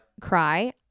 cry